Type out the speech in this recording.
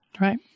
Right